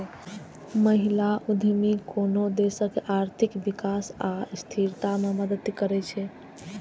महिला उद्यमी कोनो देशक आर्थिक विकास आ स्थिरता मे मदति करै छै